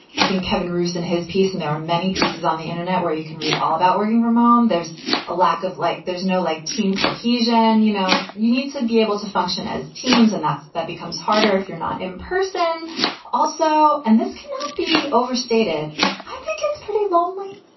i think kevin ruess in his piece and there are many pieces on the internet where you can read all about where you reman. um there's a lack of like there's no like team cohesion. you know, you need to be able to function as teams and that's that becomes harder if you're not in person also. and this cannot be overstated i think it's pretty lonely